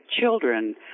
children